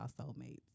soulmates